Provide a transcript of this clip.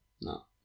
No